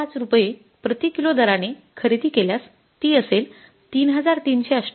25 रुपये प्रतिकिलो दराने खरेदी केल्यास ती असेल ३३७८